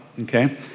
okay